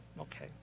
okay